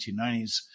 1990s